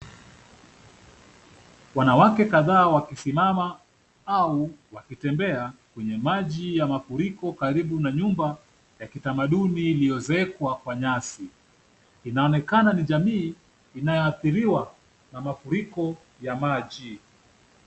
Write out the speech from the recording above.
Wanawake kadhaa wakisimama au wakitembea kwenye maji ya mafuriko karibu na nyumba ya kitamaduni iliyoezekwa kwa nyasi. Inaonekana ni jamii inayoathiriwa na mafuriko ya maji.